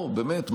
באמת,